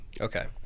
okay